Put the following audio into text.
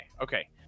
Okay